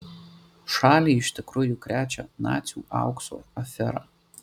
šalį iš tikrųjų krečia nacių aukso afera